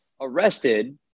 arrested